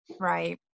Right